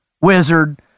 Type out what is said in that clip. wizard